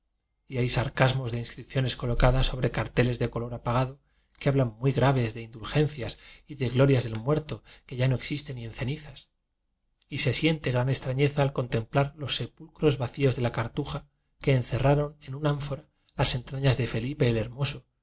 y hay sarcasmos de inscripciones colocadas sobre carteles de color apagado que hablan muy graves de indulgencias y de glorias del muerto que ya no existe ni en cenizas y se siente gran extrañeza al contemplar los sepulcros va cíos de la cartuja que encerraron en un án fora las entrañas de felipe el hermoso